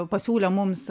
pasiūlė mums